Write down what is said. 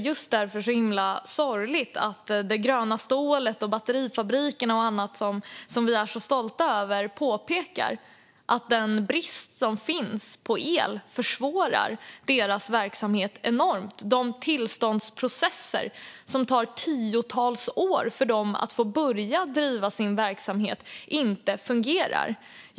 Därför är det så himla sorgligt att tillverkarna av det gröna stålet och ägarna av batterifabrikerna och annat som vi är så stolta över påpekar att den brist som finns på el försvårar deras verksamhet enormt och att tillståndsprocesserna för att de ska få börja bedriva sin verksamhet inte fungerar då de tar tiotals år.